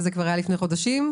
זה היה לפני חודשים,